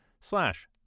slash